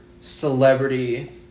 celebrity